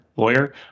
lawyer